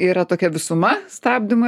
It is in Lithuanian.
yra tokia visuma stabdymo